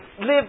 live